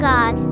God